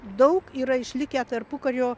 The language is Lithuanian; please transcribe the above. daug yra išlikę tarpukario